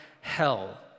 hell